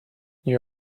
you